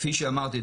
כפי שאמרתי,